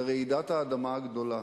לרעידת האדמה הגדולה,